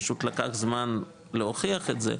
פשוט לקח זמן להוכיח את זה,